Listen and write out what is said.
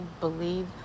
believe